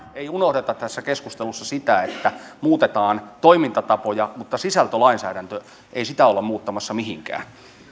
ei unohdeta tässä keskustelussa sitä että muutetaan toimintatapoja mutta sisältölainsäädäntöä ei olla muuttamassa mihinkään